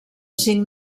cinc